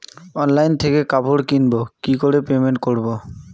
Online থেকে কাপড় কিনবো কি করে পেমেন্ট করবো?